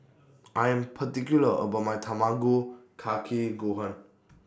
I Am particular about My Tamago Kake Gohan